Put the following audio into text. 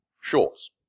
Shorts